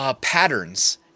patterns